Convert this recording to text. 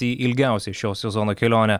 į ilgiausią šio sezono kelionę